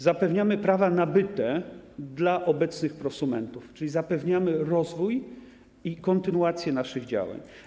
Zapewniamy prawa nabyte dla obecnych prosumentów, czyli zapewniamy rozwój i kontynuację naszych działań.